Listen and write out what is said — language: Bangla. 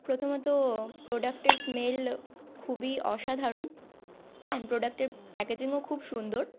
প্রথমত প্রোডাক্টের স্মেল খুবই অসাধারণ অ্যান্ড প্রোডাক্টের প্যাকেজিংও খুব সুন্দর